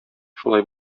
шулай